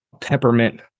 peppermint